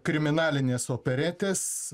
kriminalinės operetės